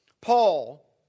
Paul